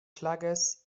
klages